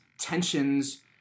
tensions